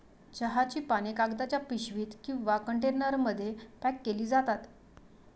चहाची पाने कागदाच्या पिशवीत किंवा कंटेनरमध्ये पॅक केली जातात